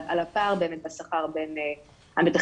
על הפער באמת בשכר בין המתכננים,